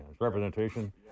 Representation